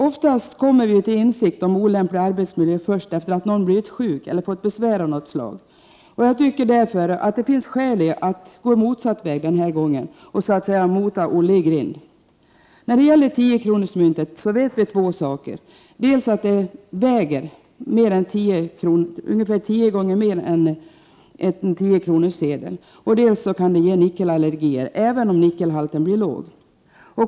Oftast kommer man ju till insikt om en olämplig arbetsmiljö först efter det att någon blivit sjuk eller fått besvär av annat slag. Jag tycker därför att det finns skäl i att gå motsatt väg denna gång och så att säga ”mota Olle i grind”. När det gäller 10-kronorsmyntet vet vi två saker: dels att det blir tungt — ett 10-kronorsmynt kommer att väga cirka tio gånger mera än 10-kronorssedeln -, dels att det kan ge nickelallergier även om nickelhalten blir låg.